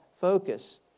focus